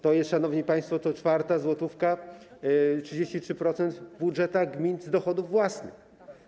To jest, szanowni państwo, co czwarta złotówka, 33% w budżetach gmin z dochodów własnych.